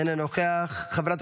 אינו נוכח.